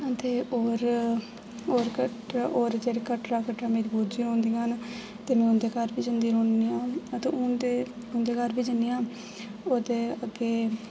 ते होर होर जे कटरा कटरा ते कटरा मेरी बूजी रौह्ंदियां न ते में उं'दे घर बी जंदी रौह्न्नी आं ते हून ते उं'दे घर बी ज'न्नी आं ओह्दे अग्गें